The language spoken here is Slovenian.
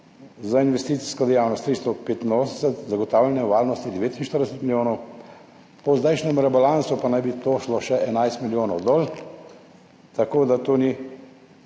za investicijsko dejavnost 385, zagotavljanje varnosti 49 milijonov, po zdajšnjem rebalansu pa naj bi šlo še 11 milijonov dol, tako da to ni